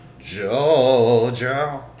Georgia